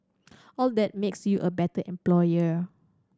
all that makes you a better employer